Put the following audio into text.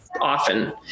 often